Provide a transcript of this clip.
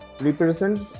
represents